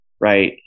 right